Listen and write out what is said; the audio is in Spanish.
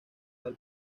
del